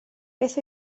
beth